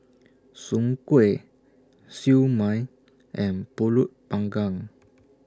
Soon Kway Siew Mai and Pulut Panggang